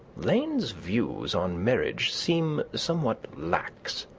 lane's views on marriage seem somewhat lax.